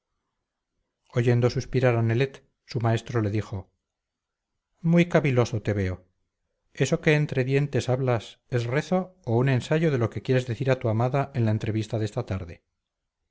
oyendo suspirar a nelet su maestro le dijo muy caviloso te veo eso que entre dientes hablas es rezo o un ensayo de lo que quieres decir a tu amada en la entrevista de esta tarde